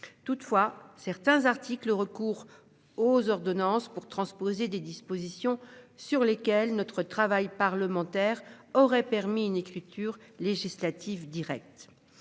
toutefois certains articles recours aux ordonnances pour transposer des dispositions sur lesquelles notre travail parlementaire aurait permis une écriture législatif direct.